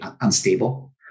unstable